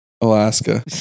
Alaska